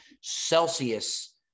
Celsius